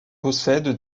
possède